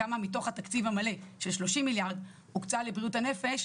כמה מתוך התקציב המלא של 30 מיליארד הוקצה לבריאות הנפש,